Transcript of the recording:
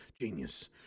genius